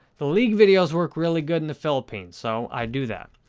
the league videos work really good in the philippines, so i do that.